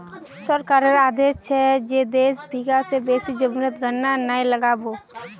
सरकारेर आदेश छ जे दस बीघा स बेसी जमीनोत गन्ना नइ लगा बो